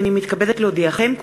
הנני מתכבדת להודיעכם,